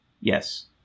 yes